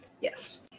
yes